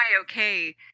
okay